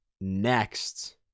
next